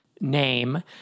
name